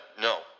no